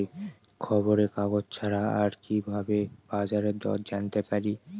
খবরের কাগজ ছাড়া আর কি ভাবে বাজার দর জানতে পারি?